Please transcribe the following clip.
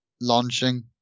launching